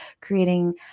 creating